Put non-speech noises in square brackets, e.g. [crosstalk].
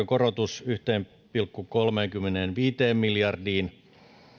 [unintelligible] korotus yhteen pilkku kolmeenkymmeneenviiteen miljardiin